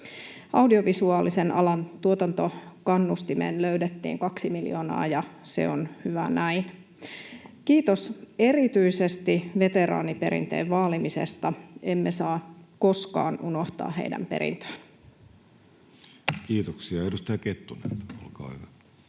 Audiovisuaalisen alan tuotantokannustimeen löydettiin kaksi miljoonaa, ja se on hyvä näin. Kiitos erityisesti veteraaniperinteen vaalimisesta: emme saa koskaan unohtaa heidän perintöään. Kiitoksia. — Edustaja Kettunen, olkaa hyvä.